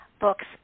books